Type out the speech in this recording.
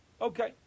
Okay